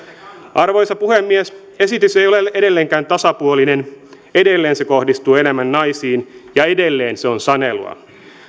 arvoisa puhemies esitys ei ole ole edelleenkään tasapuolinen edelleen se kohdistuu enemmän naisiin ja edelleen se on sanelua